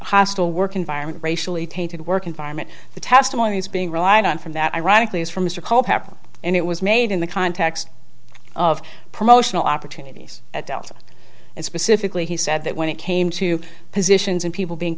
hostile work environment racially tainted work environment the testimony is being relied on from that ironically is from mr culpepper and it was made in the context of promotional opportunities at delta and specifically he said that when it came to positions and people being